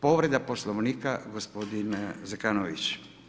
Povreda Poslovnika gospodin Zekanović.